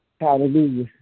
Hallelujah